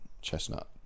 chestnut